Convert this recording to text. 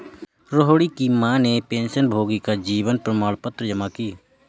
रोहिणी की माँ ने पेंशनभोगी का जीवन प्रमाण पत्र जमा की